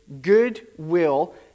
goodwill